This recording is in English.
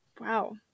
wow